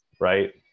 Right